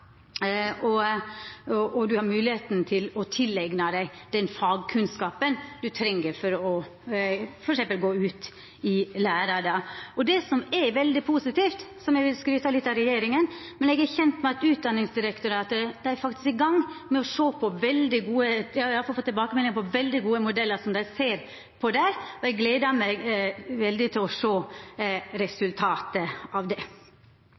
og ein har moglegheit til å tileigna seg den fagkunnskapen ein treng for f.eks. å gå ut i læra. Det som er veldig positivt – og som eg vil skryta litt av regjeringa for – er at Utdanningsdirektoratet faktisk er i gang med å sjå på det eg har fått tilbakemelding om er veldig gode modellar, og eg gleder meg veldig til å sjå resultatet av det.